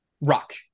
rock